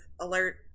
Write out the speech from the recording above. alert